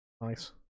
Nice